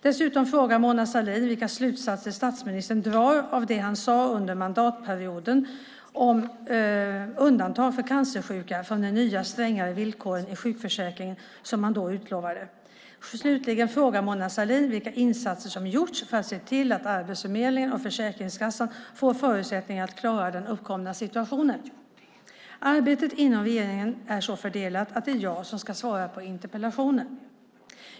Dessutom frågar Mona Sahlin vilka slutsatser statsministern drar av det han sade under förra mandatperioden om undantag för cancersjuka från de nya strängare villkoren i sjukförsäkringen som han då utlovade. Slutligen frågar Mona Sahlin vilka insatser som gjorts för att se till att Arbetsförmedlingen och Försäkringskassan får förutsättningar att klara den uppkomna situationen. Arbetet inom regeringen är så fördelat att det är jag som ska svara på interpellationen.